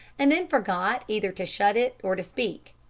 and then forgot either to shut it or to speak.